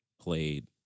played